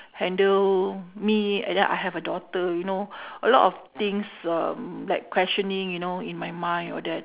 handle me and then I have a daughter you know a lot of things um like questioning you know in my mind all that